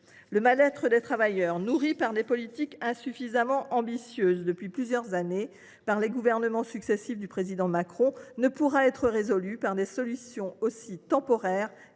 Le mal être des travailleurs, nourri par les politiques insuffisamment ambitieuses menées depuis plusieurs années par les gouvernements successifs du président Macron, ne pourra être résolu par des solutions aussi temporaires